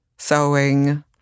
sewing